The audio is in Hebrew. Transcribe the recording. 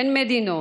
בין מדינות,